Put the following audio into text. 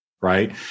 right